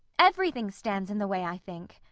everything stands in the way, i think.